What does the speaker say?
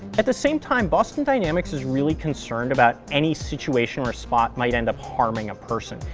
at the same time, boston dynamics is really concerned about any situation where spot might end up harming a person.